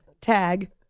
tag